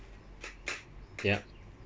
yup